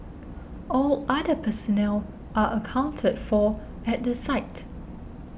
all other personnel are accounted for at the site